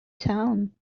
town